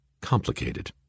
complicated